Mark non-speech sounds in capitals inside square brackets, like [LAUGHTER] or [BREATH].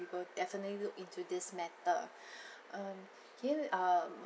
we will definitely look into this matter [BREATH] um can we um